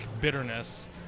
bitterness